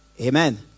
amen